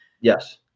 Yes